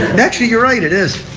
actually you're right it is.